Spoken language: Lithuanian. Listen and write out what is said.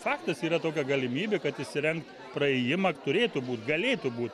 faktas yra tokia galimybė kad įsirengt praėjimą turėtų būt galėtų būt